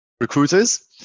recruiters